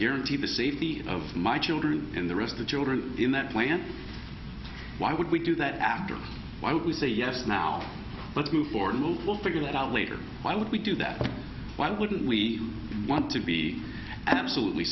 guarantee the safety of my children in the rest of children in that plant why would we do that after what we say yes now let's move forward a little we'll figure that out later why would we do that why wouldn't we want to be absolutely